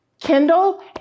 Kindle